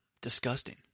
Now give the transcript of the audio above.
disgusting